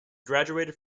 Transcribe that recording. graduated